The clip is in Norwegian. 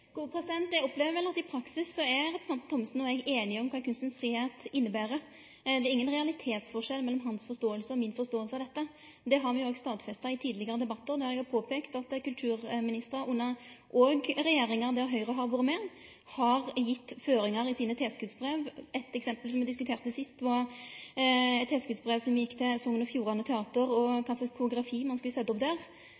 Eg opplever vel at i praksis er representanten Thommessen og eg einige om kva kunstens fridom inneber. Det er ingen realitetsforskjell mellom hans forståing og mi forståing av dette. Det har me òg stadfesta i tidlegare debattar. Det har vore peika på at kulturministrar under òg regjeringar der Høgre har vore med, har gitt føringar i sine tilskotsbrev. Eitt eksempel, som me diskuterte tidlegare, var eit tilskotsbrev som gjekk til